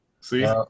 see